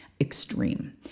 extreme